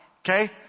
okay